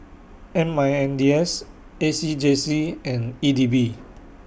M I N D S A C J C and E D B